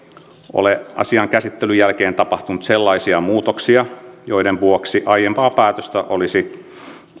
ole asian käsittelyn jälkeen tapahtunut sellaisia muutoksia joiden vuoksi eduskunnan aiempaa päätöstä olisi